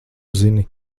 zini